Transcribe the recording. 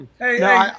hey